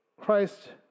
Christ